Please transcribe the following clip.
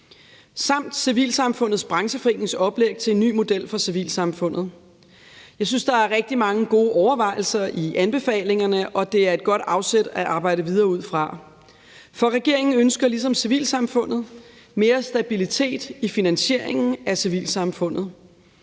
samt Civilsamfundets Brancheforenings oplæg til en ny model for civilsamfundet. Jeg synes, der er rigtig mange gode overvejelser i anbefalingerne, og det er et godt afsæt at arbejde videre ud fra. For regeringen ønsker ligesom civilsamfundet mere stabilitet i finansieringen af civilsamfundet.